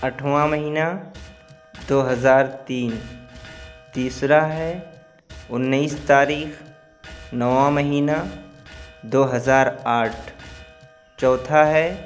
آٹھواں مہینہ دو ہزار تین تیسرا ہے انیس تاریخ نواں مہینہ دو ہزار آٹھ چوتھا ہے